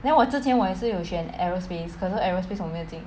then 我之前我也是有选 aerospace 可是 aerospace 我没有进